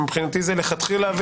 כי מבחינתי זה מלכתחילה,